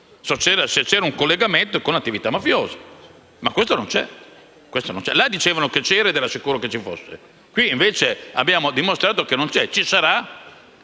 stante un collegamento con attività mafiosa, che però non c'è. Là dicevano che c'era ed era sicuro che ci fosse; qui invece abbiamo dimostrato che non c'è. Ci sarà?